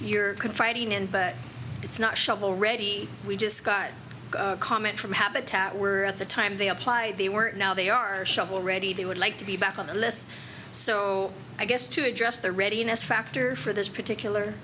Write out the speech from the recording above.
you're confiding in but it's not shovel ready we just got a comment from habitat were at the time they applied they weren't now they are shovel ready they would like to be back on the list so i guess to address the readiness factor for this particular